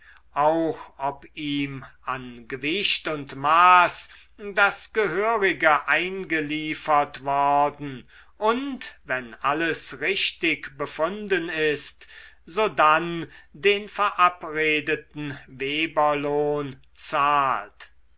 auch ob ihm an gewicht und maß das gehörige eingeliefert worden und wenn alles richtig befunden ist sodann den verabredeten weberlohn zahlt